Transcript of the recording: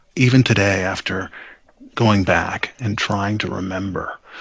even today, after going back and trying to remember,